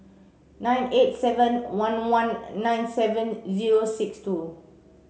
nine eight seven one one nine seven zero six two